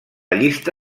llista